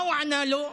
מה הוא ענה לו,